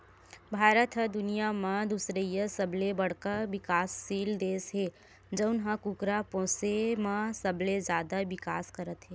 भारत ह दुनिया म दुसरइया सबले बड़का बिकाससील देस हे जउन ह कुकरा पोसे म सबले जादा बिकास करत हे